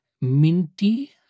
Minty